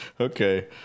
okay